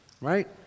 right